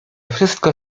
wszystko